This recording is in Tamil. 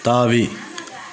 தாவி